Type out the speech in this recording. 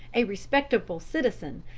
a respectable citizen,